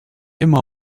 immer